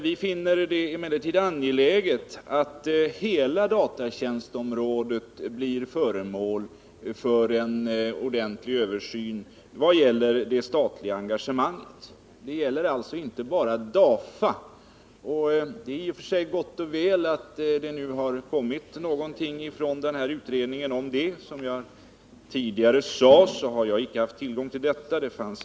Vi finner det angeläget att hela datatjänstområdet — alltså inte bara DAFA — blir föremål för en ordentlig översyn vad gäller det statliga engagemanget. Det är i och för sig gott och väl att det nu har kommit någonting om detta från den s.k. monopolutredningen. Som jag tidigare sade har jag inte haft tillgång till det materialet.